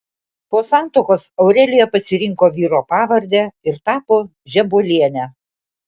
po santuokos aurelija pasirinko vyro pavardę ir tapo žebuoliene